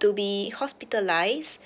to be hospitalised